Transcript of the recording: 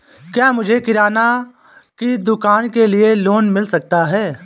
क्या मुझे किराना की दुकान के लिए लोंन मिल सकता है?